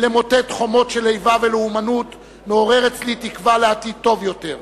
למוטט חומות של איבה ולאומנות מעורר אצלי תקווה לעתיד טוב יותר.